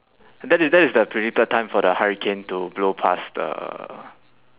that is that is the predicted time for the hurricane to blow past the